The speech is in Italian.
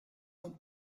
non